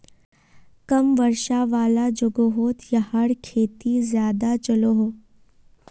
कम वर्षा वाला जोगोहोत याहार खेती ज्यादा चलोहो